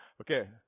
Okay